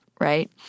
right